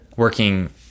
working